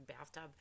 bathtub